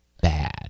bad